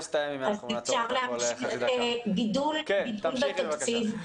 גידול בתקציב.